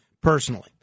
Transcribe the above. personally